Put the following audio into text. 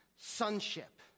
sonship